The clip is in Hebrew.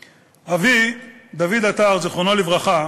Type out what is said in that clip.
אבי, דוד עטר, זיכרונו לברכה,